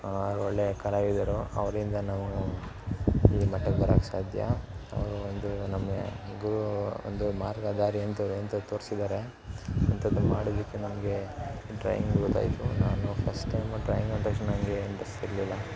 ಅವ್ರು ಒಳ್ಳೆಯ ಕಲಾವಿದರು ಅವರಿಂದ ನಾವೂ ಈ ಮಟ್ಟಿಗೆ ಬರೋಕೆ ಸಾಧ್ಯ ಅವರು ಒಂದು ನಮ್ಮ ಯಾ ಗುರು ಒಂದು ಮಾರ್ಗದಾರಿ ಎಂಥದ್ದು ಎಂತ ತೊರ್ಸಿದ್ದಾರೆ ಇಂಥದ್ದನ್ನು ಮಾಡಿದ್ದಕ್ಕೆ ನಮಗೆ ಡ್ರಾಯಿಂಗು ಲೈಫು ನಾನು ಫಸ್ಟ್ ಟೈಮು ಡ್ರಾಯಿಂಗ್ ಅಂದ ತಕ್ಷಣ ನನಗೆ ಇಂಟ್ರಸ್ಟ್ ಇರಲಿಲ್ಲ